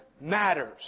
matters